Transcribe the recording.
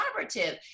collaborative